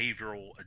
behavioral